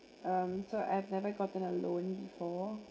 um so I've never gotten a loan before